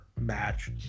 match